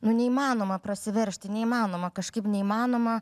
nu neįmanoma prasiveržti neįmanoma kažkaip neįmanoma